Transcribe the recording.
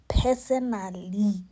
personally